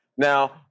Now